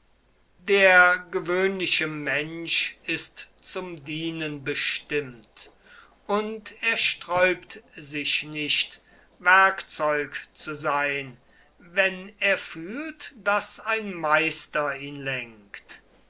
der gewöhnliche mensch ist zum dienen bestimmt und er sträubt sich nicht werkzeug zu sein wenn er fühlt daß ein meister ihn